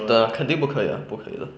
对 ah 可定不可以 ah 不可以了